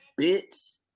bitch